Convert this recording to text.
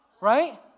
right